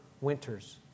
winters